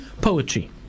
poetry